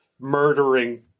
murdering